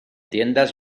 tiendas